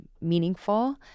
meaningful